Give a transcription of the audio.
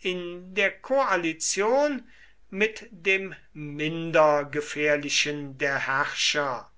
in der koalition mit dem minder gefährlichen der herrscher